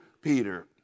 Peter